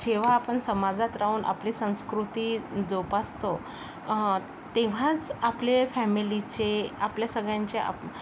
जेव्हा आपण समाजात राहून आपली संस्कृती जोपासतो तेव्हाच आपले फॅमिलीचे आपल्या सगळ्यांचे आप्